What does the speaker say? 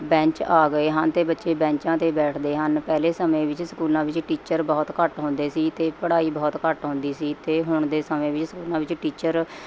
bench ਆ ਗਏ ਹਨ ਅਤੇ ਬੱਚੇ ਬੈਂਚਾਂ 'ਤੇ ਬੈਠਦੇ ਹਨ ਪਹਿਲੇ ਸਮੇਂ ਵਿੱਚ ਸਕੂਲਾਂ ਵਿੱਚ ਟੀਚਰ ਬਹੁਤ ਘੱਟ ਹੁੰਦੇ ਸੀ ਅਤੇ ਪੜ੍ਹਾਈ ਬਹੁਤ ਘੱਟ ਹੁੰਦੀ ਸੀ ਅਤੇ ਹੁਣ ਦੇ ਸਮੇਂ ਵਿੱਚ ਸਕੂਲਾਂ ਵਿੱਚ ਟੀਚਰ